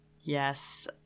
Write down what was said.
yes